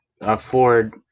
afford